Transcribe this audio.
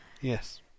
Yes